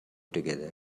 together